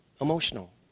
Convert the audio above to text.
emotional